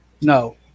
No